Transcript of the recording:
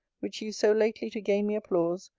which used so lately to gain me applause,